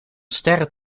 sterren